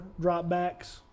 dropbacks